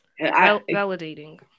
validating